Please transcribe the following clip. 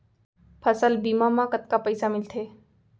फसल बीमा म कतका पइसा मिलथे?